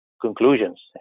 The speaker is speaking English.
conclusions